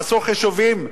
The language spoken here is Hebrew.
עשו חישובים,